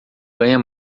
ganha